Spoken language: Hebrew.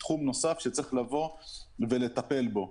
זה תחום נוסף שצריך לטפל בו.